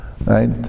right